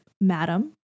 madam